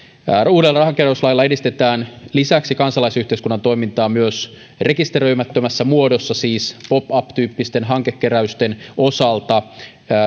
uudella rahankeräyslailla edistetään lisäksi kansalaisyhteiskunnan toimintaa myös rekisteröimättömässä muodossa siis pop up tyyppisten hankekeräysten osalta